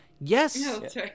Yes